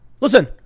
listen